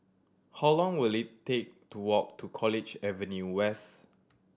how long will it take to walk to College Avenue West